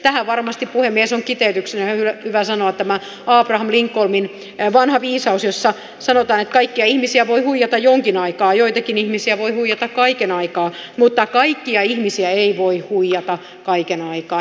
tähän varmasti puhemies on kiteytyksenä hyvä sanoa abraham lincolnin vanha viisaus jossa sanotaan että kaikkia ihmisiä voi huijata jonkin aikaa ja joitakin ihmisiä voi huijata kaiken aikaa mutta kaikkia ihmisiä ei voi huijata kaiken aikaa